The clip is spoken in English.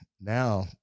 now